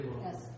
Yes